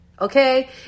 Okay